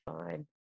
fine